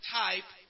type